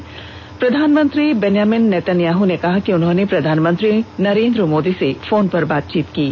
Israel के प्रधानमंत्री Benjamin Netanyahu ने कहा कि उन्होंने प्रधानमंत्री नरेंद्र मोदी से फोन पर बातचीत की है